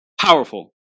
Powerful